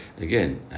again